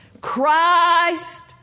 Christ